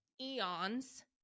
eons